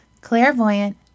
clairvoyant